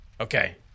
Okay